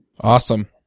Awesome